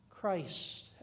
Christ